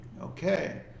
Okay